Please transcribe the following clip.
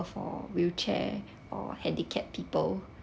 for wheelchair or handicapped people